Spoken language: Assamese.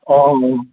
অঁ অঁ